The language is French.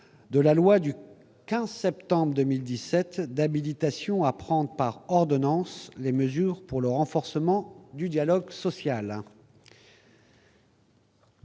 2017-1340 du 15 septembre 2017 d'habilitation à prendre par ordonnances les mesures pour le renforcement du dialogue social